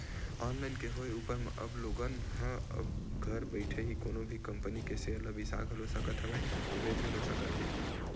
online के होय ऊपर म अब लोगन ह अब घर बइठे ही कोनो भी कंपनी के सेयर ल बिसा घलो सकत हवय अउ बेंच घलो सकत हे